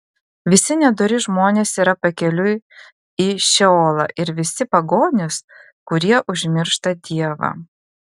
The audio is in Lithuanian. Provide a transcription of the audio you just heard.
visi nedori žmonės yra pakeliui į šeolą ir visi pagonys kurie užmiršta dievą